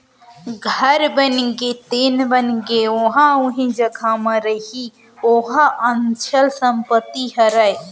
घर बनगे तेन बनगे ओहा उही जघा म रइही ओहा अंचल संपत्ति हरय